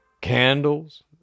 candles